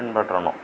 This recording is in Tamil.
பின்பற்றணும்